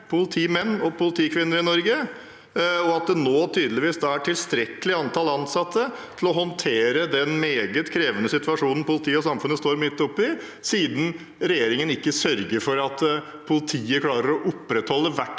politimenn og politikvinner i Norge, og at det nå tydeligvis er et tilstrekkelig antall ansatte til å håndtere den meget krevende situasjonen politiet og samfunnet står midt oppe i, siden regjeringen ikke sørger for at politiet klarer å opprettholde i hvert